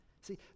See